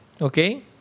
okay